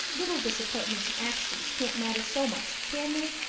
little disappointments and accidents can't matter so much, can they?